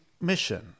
mission